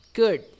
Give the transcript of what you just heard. Good